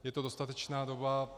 Je to dostatečná doba.